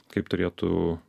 kaip turėtų